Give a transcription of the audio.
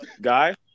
Guy